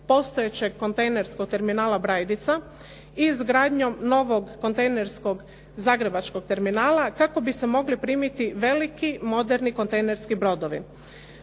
postojećeg kontejnerskog terminala Brajdica i izgradnjom novog kontejnerskog Zagrebačkog terminala kako bi se mogli primiti veliki moderni kontejnerski brodovi.